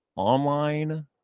online